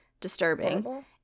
disturbing